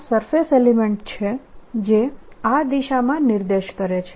આ surface element છે જે આ દિશામાં નિર્દેશ કરે છે